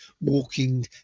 walking